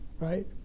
right